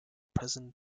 present